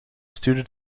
stuurde